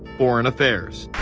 foreign affairs.